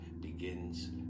begins